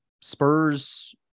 Spurs